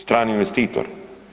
Strani investitori.